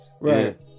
Right